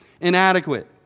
inadequate